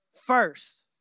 First